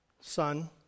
son